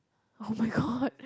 [oh]-my-god